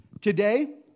Today